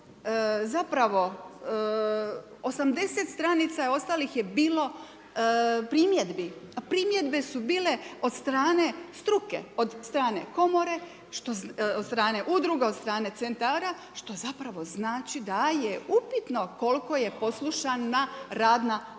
zapravo 80 stranica ostalih je bilo primjedbi. Primjedbe su bile od strane struke, od strane komore, od strane udruga, od strane centara što zapravo znači da je upitno koliko je poslušana radna skupina,